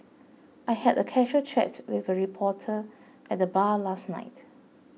I had a casual chat with a reporter at the bar last night